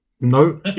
No